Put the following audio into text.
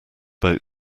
boat